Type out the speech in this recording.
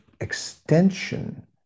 extension